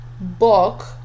book